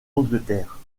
angleterre